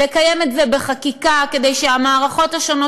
לקיים את זה בחקיקה כדי שהמערכות השונות